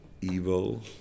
evil